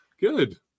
Good